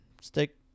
Stick